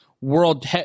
world